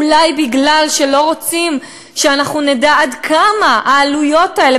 אולי כי לא רוצים שאנחנו נדע עד כמה העלויות האלה,